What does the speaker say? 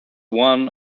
one